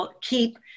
keep